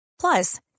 Plus